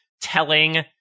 telling